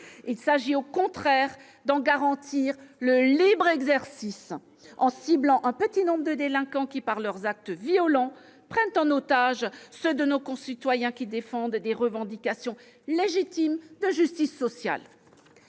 il s'agit au contraire d'en garantir le libre exercice ... Tout à fait !... en ciblant un petit nombre de délinquants qui, par leurs actes violents, prennent en otage ceux de nos concitoyens qui défendent des revendications légitimes de justice sociale.